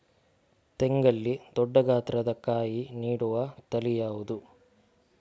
ತೆಂಗಲ್ಲಿ ದೊಡ್ಡ ಗಾತ್ರದ ಕಾಯಿ ನೀಡುವ ತಳಿ ಯಾವುದು?